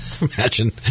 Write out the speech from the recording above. Imagine